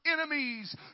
enemies